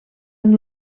amb